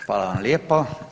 Hvala vam lijepo.